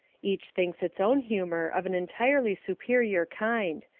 each thinks its own humour of an entirely superior kind,